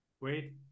wait